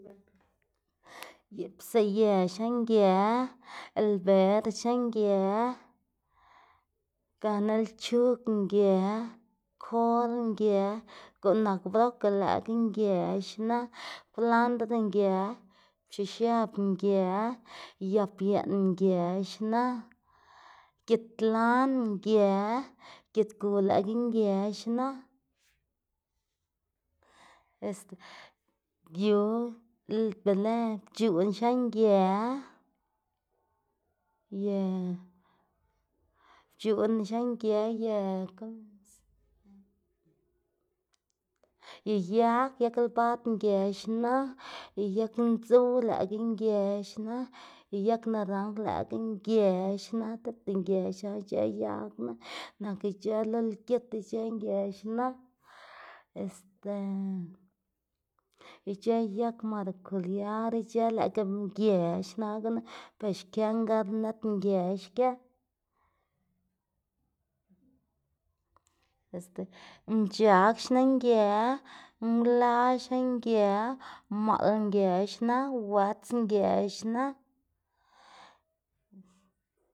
psaꞌ yë xna ngë, lber xna ngë, gana lchug ngë, kol ngë guꞌn nak brocoli lëꞌkga ngë xna, kwlandr ngë, pchoꞌx x̱ab ngë, yap yeꞌn ngë xna, git lan ngë, git gu lëꞌkga ngë xna, este yu be lë pc̲h̲uꞌn xna ngë y pc̲h̲uꞌn xna ngë y y yag yag lbad ngë xna y yag ndzuw lëꞌkga ngë xna y yag naranj lëꞌkga ngë xna tipta ngë xna ic̲h̲ë yag knu nak ic̲h̲ë lëꞌ lgit ngë xna este ic̲h̲ë yag maracuyar lëꞌkga ngë xna gunu gax xkë ngarnët ngë xkë. Este mc̲h̲ag xna ngë, nla xna ngë, maꞌl ngë xna, wëts ngë xna.